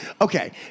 okay